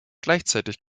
gleichzeitig